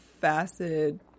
facet